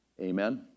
Amen